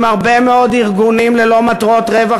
עם הרבה מאוד ארגונים ללא מטרות רווח